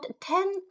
ten